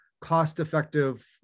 cost-effective